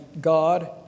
God